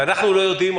אנחנו לא יודעים,